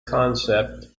concept